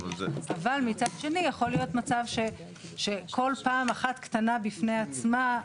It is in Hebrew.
אבל מצד שני יכול להיות מצב שכל פעם אחת קטנה בפני עצמה,